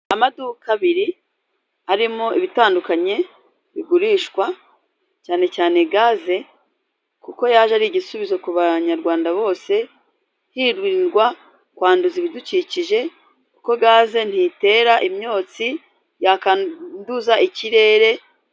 Amaduka abiri arimo ibitandukanye bigurishwa, cyane cyane gaze, kuko yaje ari igisubizo ku Banyarwanda bose, hirindwa kwanduza ibidukikije. Kuko gaze ntitera imyotsi yakanduza ikirere...